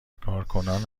کارکنان